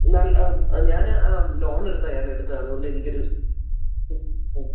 ആ ഞാൻ ആ ലോൺ എടുത്താണ് ഞാൻ എടുത്തത് അതുകൊണ്ട് എനിക്ക് ഒരു